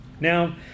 Now